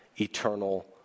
eternal